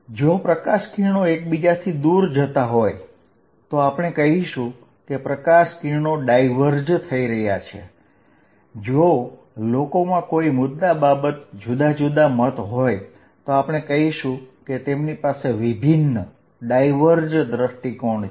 જો પ્રકાશ કિરણો એકબીજાથી દૂર જતા હોય તો આપણે કહીશું કે પ્રકાશ કિરણો ડાઇવર્જ થઈ રહ્યા છે જો લોકોમાં કોઇ મુદ્દા બાબત જુદા જુદા મત હોય તો આપણે કહીશું કે તેમની પાસે વિભિન્ન દ્રષ્ટિકોણ છે